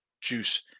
juice